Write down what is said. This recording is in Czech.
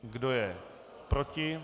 Kdo je proti?